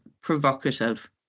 provocative